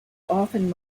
often